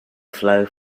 flow